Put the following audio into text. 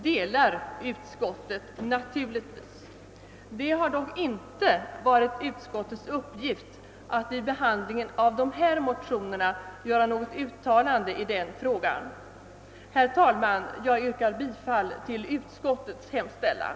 Det har dock inte varit utskottets uppgift att vid behandlingen av dessa motioner göra något uttalande i den frågan. Herr talman! Jag yrkar bifall till utskottets hemställan.